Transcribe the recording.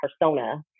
persona